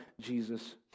Jesus